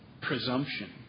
presumption